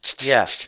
yes